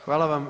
Hvala vam.